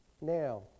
Now